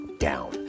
down